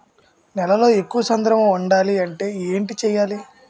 నేలలో ఎక్కువ సాంద్రము వుండాలి అంటే ఏంటి చేయాలి?